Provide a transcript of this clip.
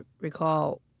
recall